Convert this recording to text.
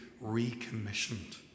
recommissioned